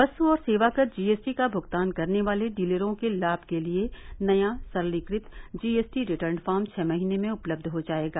वस्तु और सेवा कर जी एस टी का भुगतान करने वाले डीलरों के लाभ के लिए नया सरलीकृत G S T return form छह महीने में उपलब्ध हो जाएगा